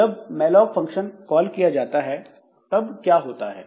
जब malloc function call किया जाता है तब क्या होता है